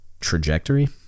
Trajectory